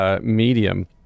medium